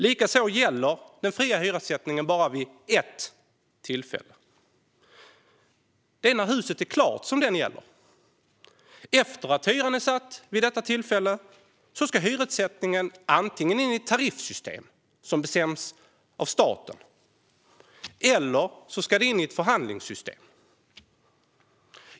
Likaså gäller den fria hyressättningen bara vid ett tillfälle, nämligen när huset är klart. Efter att hyran är satt vid detta tillfälle ska hyressättningen antingen in i ett tariffsystem som bestäms av staten eller in i ett förhandlingssystem.